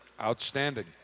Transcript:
Outstanding